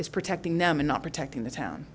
is protecting them and not protecting the town